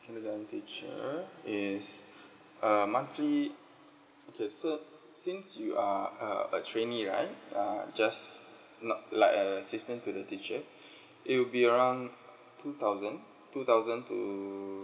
kindergarten teacher is uh monthly okay so since you are a a trainee right uh just not like a assistant to the teacher it will be around two thousand two thousand to